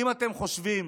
אם אתם חושבים